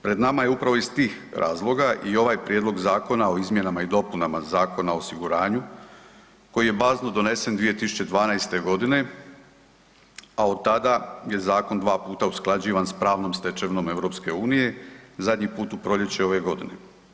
Pred nama je upravo iz tih razloga i ovaj Prijedlog Zakona o izmjenama i dopunama Zakona o osiguranju koji je bazno donesen 2012. godine, a od tada je zakon 2 puta usklađivan s pravnom stečevinom EU, zadnji put u proljeće ove godine.